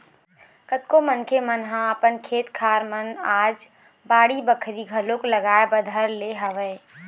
कतको मनखे मन ह अपन खेत खार मन म आज बाड़ी बखरी घलोक लगाए बर धर ले हवय